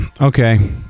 Okay